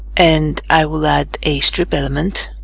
and i will add a strip element.